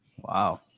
Wow